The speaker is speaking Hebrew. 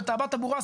ותאבת אבו ראס,